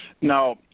now